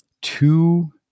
two